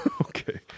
Okay